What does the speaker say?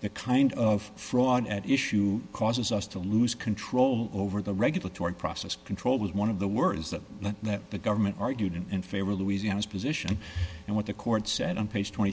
the kind of fraud at issue causes us to lose control over the regulatory process control is one of the worst that the government argued in favor louisiana's position and what the court said on page twenty